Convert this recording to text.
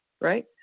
right